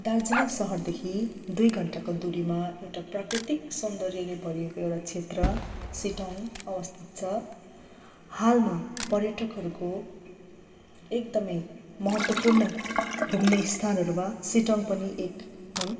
दार्जिलिङ सहरदेखि दुई घण्टाको दुरीमा एउटा प्राकृतिक सौन्दर्यले भरिएको एउटा क्षेत्र सिटोङ अवस्थित छ हालमा पर्यटकहरूको एकदमै महत्त्वपूर्ण घुम्ने स्थानहरूमा सिटोङ पनि एक हुन्